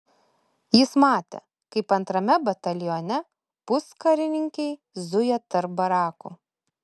jis matė kaip antrame batalione puskarininkiai zuja tarp barakų